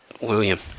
William